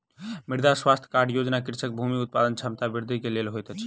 मृदा स्वास्थ्य कार्ड योजना कृषकक भूमि उत्पादन क्षमता वृद्धि के लेल होइत अछि